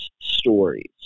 stories